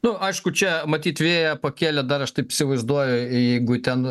nu aišku čia matyt vėją pakėlė dar aš taip įsivaizduoju jeigu ten